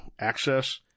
access